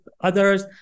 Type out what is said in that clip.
others